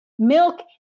Milk